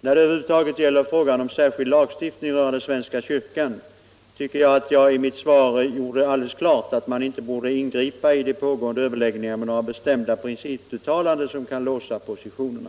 När det gäller frågan om särskild lagstiftning rörande svenska kyrkan bör man inte — det tycker jag att jag gjorde alldeles klart i mitt svar — ingripa i de pågående överläggningarna med några bestämda principuttalanden som kan låsa positionerna.